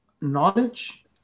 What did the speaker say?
knowledge